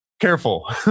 Careful